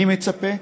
אני מצפה,